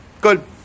Good